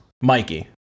mikey